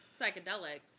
psychedelics